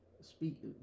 speak